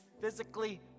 physically